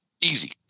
Easy